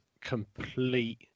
complete